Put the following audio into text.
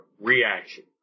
reaction